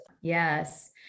Yes